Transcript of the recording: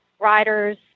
riders